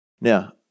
Now